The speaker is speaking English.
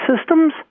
systems